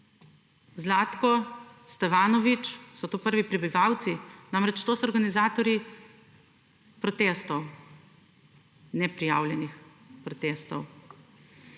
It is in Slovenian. Zlatko Stevanović. So to prvi prebivalci. Namreč to so organizatorji protestov, neprijavljenih protestov.